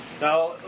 Now